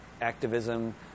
activism